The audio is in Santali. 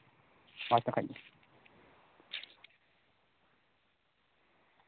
ᱠᱷᱟᱡ ᱜᱮ